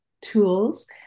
tools